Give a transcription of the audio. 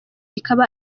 ikaba